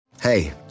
hey